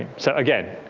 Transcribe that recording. so again,